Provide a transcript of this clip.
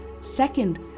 Second